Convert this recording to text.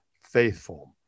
faithful